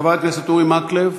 חבר הכנסת אורי מקלב?